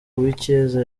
uwicyeza